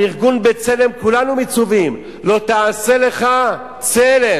על ארגון "בצלם" כולנו מצווים: "לא תעשה לך צלם".